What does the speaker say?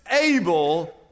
able